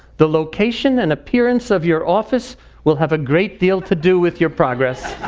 the location and appearance of your office will have a great deal to do with your progress.